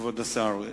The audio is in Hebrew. כבוד השר,